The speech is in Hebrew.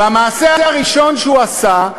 והמעשה הראשון שהוא עשה,